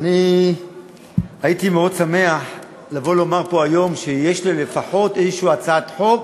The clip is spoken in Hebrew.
אני הייתי מאוד שמח לבוא לומר פה היום שיש לי לפחות הצעת חוק